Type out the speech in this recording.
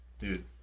Dude